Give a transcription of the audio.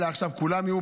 עכשיו כולם יהיו